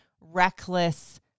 reckless